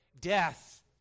death